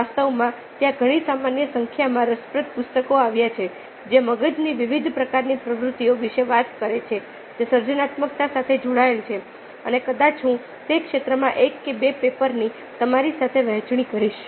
વાસ્તવમાં ત્યાં ઘણી સામાન્ય સંખ્યામાં રસપ્રદ પુસ્તકો આવ્યા છે જે મગજની વિવિધ પ્રકારની પ્રવૃત્તિઓ વિશે વાત કરે છે જે સર્જનાત્મકતા સાથે જોડાયેલા છે અને કદાચ હું તે ક્ષેત્રોમાં 1 કે 2 પેપર ની તમારી સાથે વહેંચણી કરીશ